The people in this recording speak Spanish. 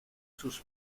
sus